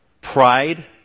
pride